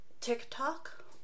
TikTok